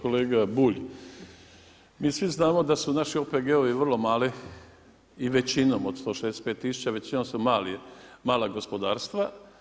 Kolega Bulj mi svi znamo da su naši OPG-ovi vrlo mali i većinom od 165 tisuća većinom su mala gospodarstva.